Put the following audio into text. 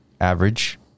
average